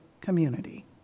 community